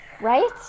Right